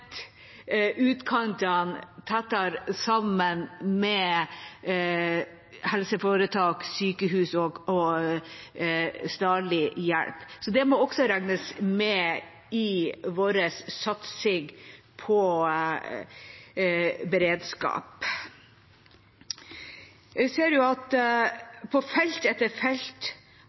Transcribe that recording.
utkantene tettere sammen med helseforetak, sykehus og stedlig hjelp. Det må også regnes med i vår satsing på beredskap. Jeg ser at på felt etter felt